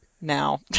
now